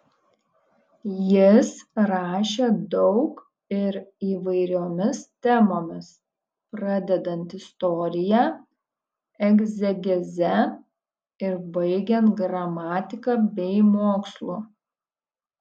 jis rašė daug ir įvairiomis temomis pradedant istorija egzegeze ir baigiant gramatika bei mokslu